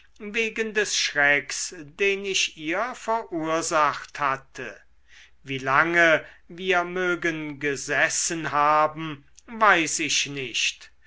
wegen des schrecks den ich ihr verursacht hatte wie lange wir mögen gesessen haben weiß ich nicht